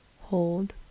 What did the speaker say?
hold